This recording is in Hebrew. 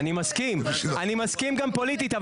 אני מסכים, גם פוליטית.